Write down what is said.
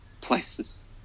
places